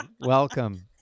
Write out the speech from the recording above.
Welcome